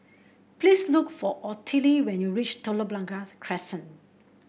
please look for Ottilie when you reach Telok Blangah Crescent